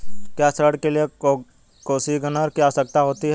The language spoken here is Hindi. क्या ऋण के लिए कोसिग्नर की आवश्यकता होती है?